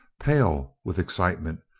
pale with excitement,